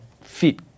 fit